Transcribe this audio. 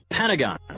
Pentagon